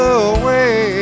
away